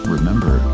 Remember